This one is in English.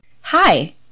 Hi